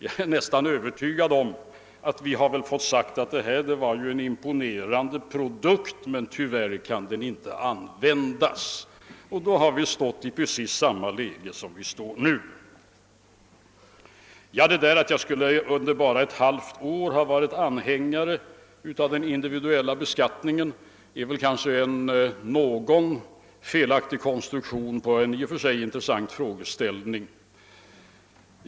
Jag är nästan övertygad om att vi hade fått säga: Detta är ju en imponerande produkt, men tyvärr kan den inte användas. Och då hade vi befunnit oss i precis samma läge som nu. Att jag bara ett halvt år skulle ha varit anhängare av individuell beskattning är kanske en något felaktig konstruktion av en i och för sig intressant frågeställning.